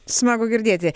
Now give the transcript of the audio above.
smagu girdėti